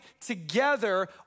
together